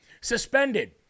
suspended